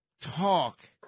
talk